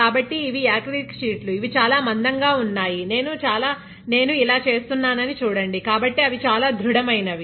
కాబట్టి ఇవి యాక్రిలిక్ షీట్లు అవి చాలా మందంగా ఉన్నాయినేను ఇలా చేస్తున్నానని చూడండి కాబట్టి అవి చాలా దృఢమైనవి